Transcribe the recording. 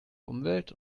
umwelt